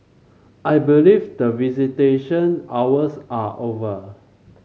I believe that visitation hours are over